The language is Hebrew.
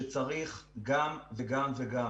בכך שצריך גם וגם וגם.